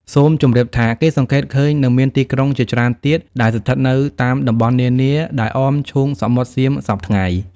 សូមជម្រាបថា គេសង្កេតឃើញនៅមានទីក្រុងជាច្រើនទៀត ដែលស្ថិតនៅ តាមតំបន់នានា ដែលអមឈូងសមុទ្រសៀមសព្វថ្ងៃ។